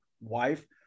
wife